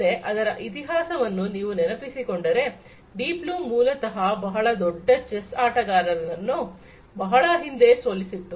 ಮತ್ತೆ ಅದರ ಇತಿಹಾಸವನ್ನು ನೀವು ನೆನಪಿಸಿಕೊಂಡರೆ ಡೀಪ್ ಬ್ಲೂ ಮೂಲತಹ ಬಹಳ ದೊಡ್ಡ ಚೆಸ್ ಆಟಗಾರನನ್ನು ಬಹಳ ಹಿಂದೆ ಸೋಲಿಸಿತ್ತು